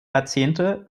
jahrzehnte